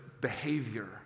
behavior